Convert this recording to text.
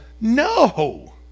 No